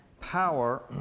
power